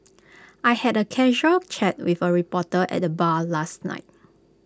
I had A casual chat with A reporter at the bar last night